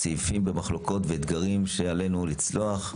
סעיפים במחלוקות ואתגרים שעלינו לצלוח,